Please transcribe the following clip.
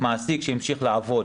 מעסיק שהמשיך לעבוד,